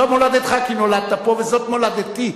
זאת מולדתך כי נולדת פה וזאת מולדתי,